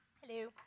Hello